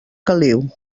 caliu